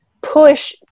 push